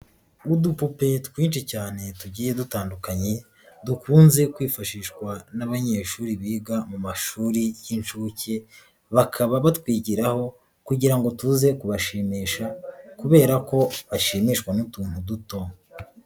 Udupupe twinshi cyane tugiye dutandukanye dukunze kwifashishwa n'abanyeshuri biga mu mashuri y'inshuke, bakaba batwigiraho kugira ngo tuze kubashimisha kubera ko bashimishwa n'utuntu duto.